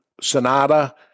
Sonata